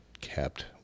kept